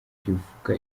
rivuga